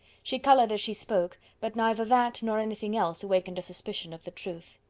she coloured as she spoke but neither that, nor anything else, awakened a suspicion of the truth.